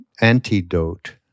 antidote